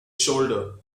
shoulder